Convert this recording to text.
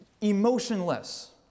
emotionless